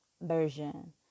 version